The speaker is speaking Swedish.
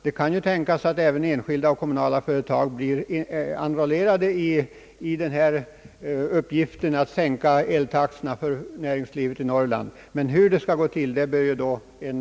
Det kan tänkas att även enskilda och kommunala företag blir enrollerade i uppgiften att sänka eltaxorna för näringslivet i Norrland. Hur detta skall gå till bör en utredning få se över.